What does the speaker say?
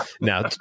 Now